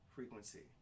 frequency